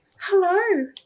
Hello